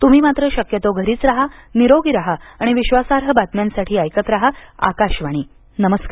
तुम्ही मात्र शक्यतो घरीच राहा निरोगी राहा आणि विश्वासार्ह बातम्यांसाठी ऐकत राहा आकाशवाणी नमस्कार